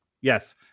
Yes